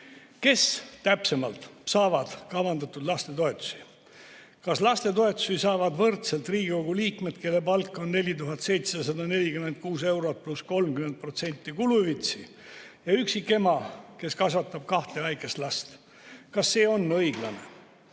Kes täpsemalt saavad kavandatud lastetoetusi? Kas lastetoetusi saavad võrdselt Riigikogu liikmed, kelle palk on 4746 eurot pluss 30% kuluhüvitisi, ja üksikema, kes kasvatab kahte väikest last? Kas see on õiglane?